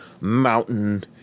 mountain